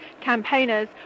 campaigners